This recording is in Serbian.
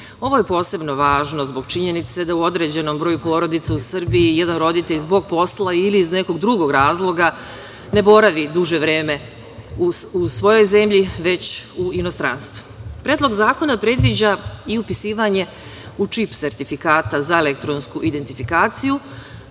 Ovo je posebno važno zbog činjenice da u određenom broju porodica u Srbiji jedan roditelj u Srbiji zbog posla ili iz nekog drugog razloga ne boravi duže vreme u svojoj zemlji, već u inostranstvu. Predlog zakona predviđa upisivanje u čip sertifikata za elektronsku identifikaciju